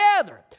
together